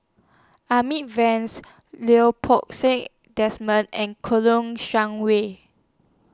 Amy Van Lau Poo Seng Desmond and Kouo Long Shang Wei